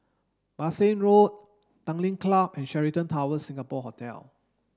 Bassein Road Tanglin Club and Sheraton Towers Singapore Hotel